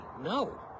No